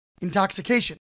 intoxication